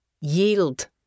Yield